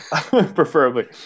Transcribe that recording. preferably